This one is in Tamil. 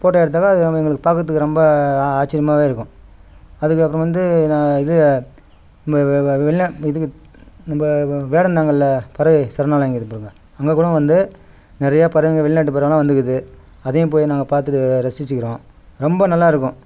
போட்டோ எடுத்தாக்கா அது ஆமாம் எங்களுக்கு பார்க்கறதுக்கு ரொம்ப ஆச்சரியமாகவே இருக்கும் அதுக்கப்புறம் வந்து நான் இது நம்ம வெளிநாட்டு இதுக்கு நம்ம வேடந்தாங்களில் பறவை சரணாலயம் இருக்குது பாருங்கள் அங்கே கூடம் வந்து நிறைய பறவைங்க வெளிநாட்டுப் பறவைலாம் வந்துருக்குது அதையும் போய் நாங்கள் பார்த்து ரசித்துக்கிறோம் ரொம்ப நல்லா இருக்கும்